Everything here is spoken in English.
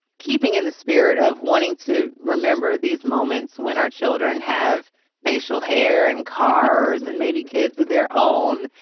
keeping in the spirit of wanting to remember these moments when our children have facial hair and cars and maybe kids their own,